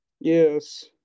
Yes